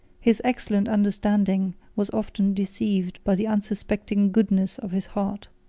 his excellent understanding was often deceived by the unsuspecting goodness of his heart.